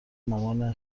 مامان